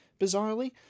bizarrely